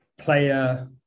player